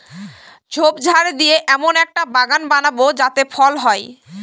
ঝোপঝাড় দিয়ে এমন একটা বাগান বানাবো যাতে ফল হয়